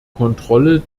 kontrolle